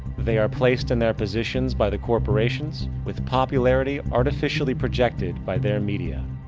they are placed in their positions by the corporations, with popularity artificially projected by their media.